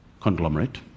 conglomerate